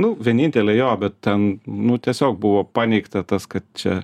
nu vienintelė jo bet ten nu tiesiog buvo paneigta tas kad čia